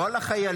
לא על החיילים.